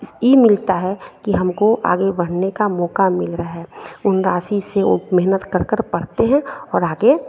इस ई मिलता है कि हमको आगे बढ़ने का मौक़ा मिल रहा है उन राशि से वो मेहनत करकर पढ़तीं हैं और आगे